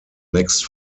next